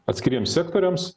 atskiriems sektoriams